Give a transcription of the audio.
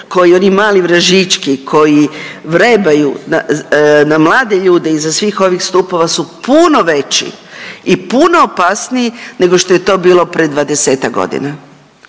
koji, oni mali vražićki koji vrebaju na mlade ljude iza svih ovih stupova su puno veći i puno opasniji nego što je to bilo pre 20-tak godina.